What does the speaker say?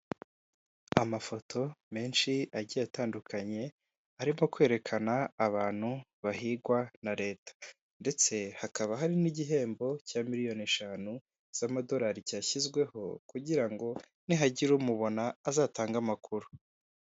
Amafoto menshi agiye atandukanye ariko kwerekana abantu bahigwa na leta, ndetse hakaba hari n'igihembo cya miliyoni eshanu z'amadolari cyashyizweho kugira ngo nihagira umubona azatange amakuru.